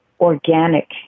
organic